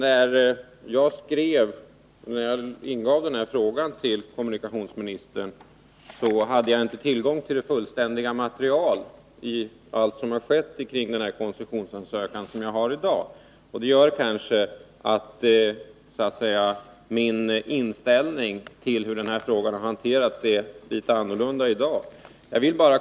Fru talman! När jag lämnade in frågan till kommunikationsministern hade jaginte tillgång till allt det material om vad som skett i koncessionsfrågan som jag har i dag. Därför är min inställning till hur frågan har hanterats litet annorlunda i dag.